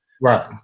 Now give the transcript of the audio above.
Right